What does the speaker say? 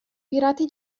pirati